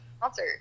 concert